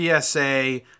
psa